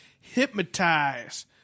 Hypnotize